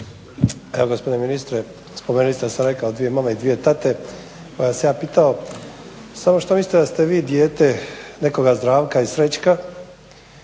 Gospodine ministre, spomenuli ste da sam rekao dvije mame i dvije tate, pa bi vas ja pitao što mislite da ste vi dijete nekoga Zdravka i Srećka,